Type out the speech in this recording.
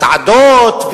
מסעדות,